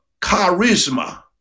charisma